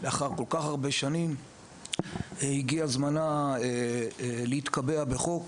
לאחר כל כך הרבה שנים הגיע זמנה להתקבע בחוק,